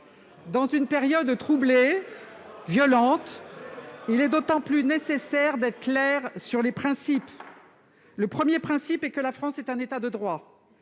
Dans une période troublée et violente, il est d'autant plus nécessaire d'être clair sur les principes. Le premier principe est que la France est un État de droit,